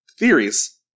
Theories